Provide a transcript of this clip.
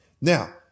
Now